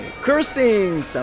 cursing